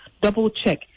double-check